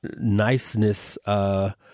niceness